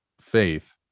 faith